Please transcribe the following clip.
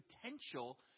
potential